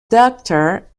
doctor